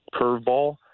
curveball